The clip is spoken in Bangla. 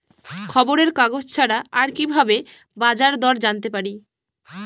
খবরের কাগজ ছাড়া আর কি ভাবে বাজার দর জানতে পারি?